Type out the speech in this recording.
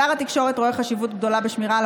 שר התקשורת רואה חשיבות גדולה בשמירה על